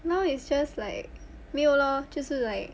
now is just like 没有 lor 就是 like